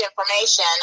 information